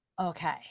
okay